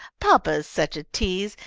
papa is such a tease.